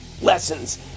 lessons